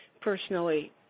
personally